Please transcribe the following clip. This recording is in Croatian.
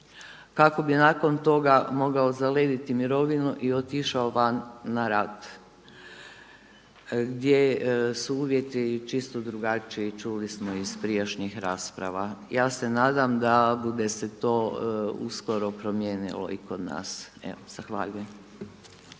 kako bi nakon toga mogao zalediti mirovinu i otišao van na rad gdje su uvjeti čisto drugačiji, čuli smo iz prijašnjih rasprava. Ja se nadam da bude se to uskoro promijenilo i kod nas. Evo zahvaljujem.